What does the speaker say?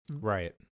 right